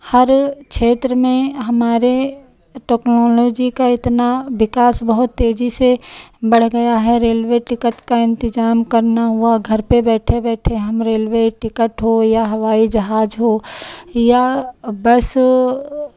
हर क्षेत्र में हमारे टेक्नोलॉजी का इतना विकास बहुत तेज़ी से बढ़ गया है रेलवे टिकट का इंतज़ाम करना हुआ घर पे बैठे बैठे हम रेलवे टिकट हो या हवाई जहाज हो या बस